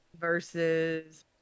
versus